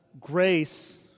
grace